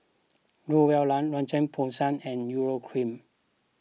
Growell La Roche Porsay and Urea Cream